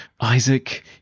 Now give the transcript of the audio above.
Isaac